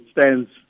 stands